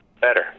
better